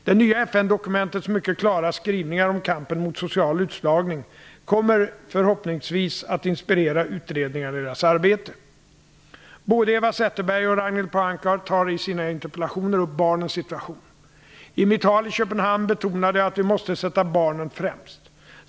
Det nya FN-dokumentets mycket klara skrivningar om kampen mot social utslagning kommer förhoppningsvis att inspirera utredningarna i deras arbete. Både Eva Zetterberg och Ragnhild Pohanka tar i sina interpellationer upp barnens situation. I mitt tal i Köpenhamn betonade jag att vi måste sätta barnen främst.